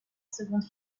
seconde